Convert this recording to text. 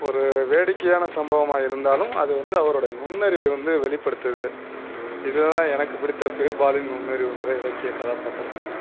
ஒரு வேடிக்கையான சம்பவமாக இருந்தாலும் அது வந்து அவரோடைய நுண்ணறிவை வந்து வெளிப்படுத்துது இதுதான் எனக்கு பிடித்த பீர்பாலின் நுண்ணறிவுங்கிற இலக்கிய கதாப்பாத்திரமாகும்